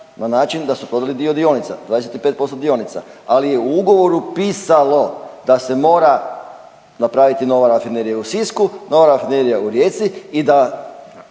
na način da su prodali dio dionica, 25% dionica, ali je u ugovoru pisalo da se mora napraviti nova Rafinerija u Sisku, nova Rafinerija u Rijeci i da